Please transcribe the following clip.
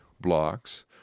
blocks